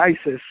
ISIS